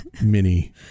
Mini